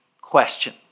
question